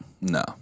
no